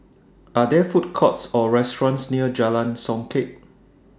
Are There Food Courts Or restaurants near Jalan Songket